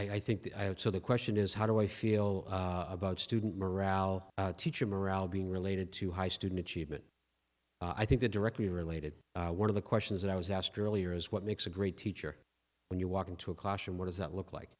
that i think i have so the question is how do i feel about student morale teacher morale being related to high student achievement i think that directly related one of the questions that i was asked earlier is what makes a great teacher when you walk into a classroom what does that look like